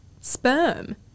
sperm